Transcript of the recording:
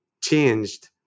changed